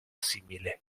simile